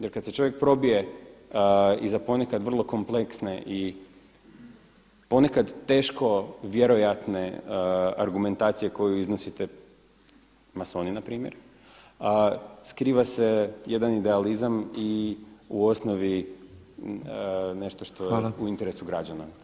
Jer kada se čovjek probije iza ponekad vrlo kompleksne i ponekad teško vjerojatne argumentacije koju iznosite masoni npr., skriva se jedan idealizam i u osnovi nešto što je u interesu građana.